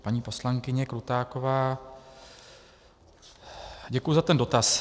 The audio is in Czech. Paní poslankyně Krutáková, děkuji za ten dotaz.